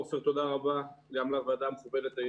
עפר, תודה רבה, גם לוועדה המכובדת.